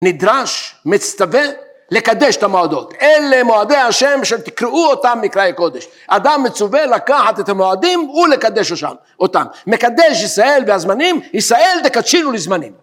מדרש מצטווה לקדש את המועדות, אלה מועדי השם אשר תקראו אותם מקראי קודש, אדם מצווה לקחת את המועדים ולקדש אושם, אותם, מקדש ישראל והזמנים ישראל מקדשים לזמנים